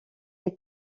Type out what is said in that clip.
est